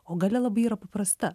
o galia labai paprasta